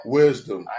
Wisdom